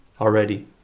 already